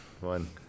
one